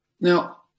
Now